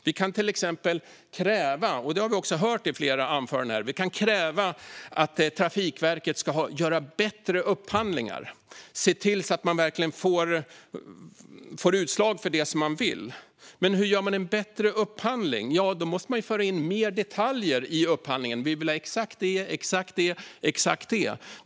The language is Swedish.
Vi kan till exempel kräva, som vi har hört i flera anföranden här, att Trafikverket ska göra bättre upphandlingar så att man verkligen får det utslag som man vill. Men hur gör man en bättre upphandling? Då måste man ju föra in mer detaljer i upphandlingen, exakt vad man vill ha.